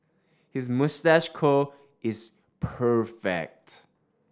his moustache curl is perfect